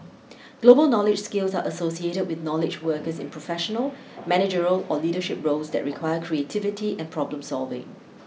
global knowledge skills are associated with knowledge workers in professional managerial or leadership roles that require creativity and problem solving